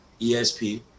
ESP